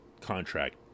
contract